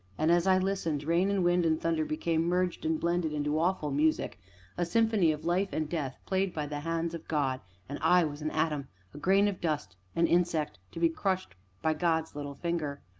and, as i listened, rain and wind and thunder became merged and blended into awful music a symphony of life and death played by the hands of god and i was an atom a grain of dust, an insect, to be crushed by god's little finger.